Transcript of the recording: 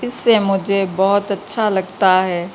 اس سے مجھے بہت اچھا لگتا ہے